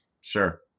Sure